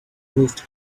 moved